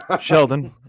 Sheldon